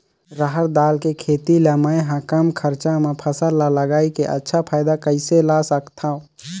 रहर दाल के खेती ला मै ह कम खरचा मा फसल ला लगई के अच्छा फायदा कइसे ला सकथव?